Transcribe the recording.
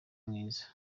mwiza